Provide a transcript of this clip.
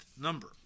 number